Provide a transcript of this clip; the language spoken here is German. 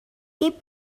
gib